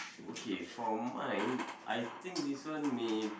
okay for mine I think this one maybe